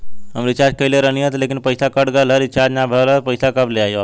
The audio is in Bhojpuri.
हम रीचार्ज कईले रहनी ह लेकिन पईसा कट गएल ह रीचार्ज ना भइल ह और पईसा कब ले आईवापस?